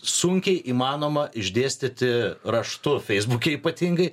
sunkiai įmanoma išdėstyti raštu feisbuke ypatingai